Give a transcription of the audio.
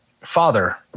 father